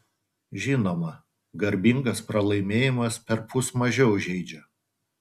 žinoma garbingas pralaimėjimas perpus mažiau žeidžia